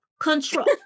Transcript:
Control